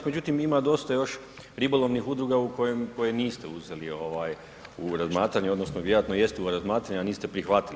Međutim, ima dosta još ribolovnih udruga koje niste uzeli u razmatranje, odnosno vjerojatno jeste u razmatranje a niste prihvatili.